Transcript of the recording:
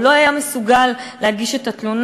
או לא היה מסוגל להגיש את התלונה.